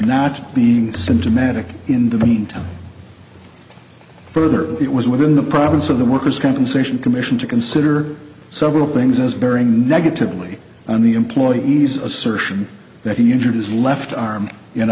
not being symptomatic in the meantime further it was within the province of the workers compensation commission to consider several things as very negatively on the employee is assertion that he injured his left arm in